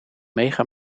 mega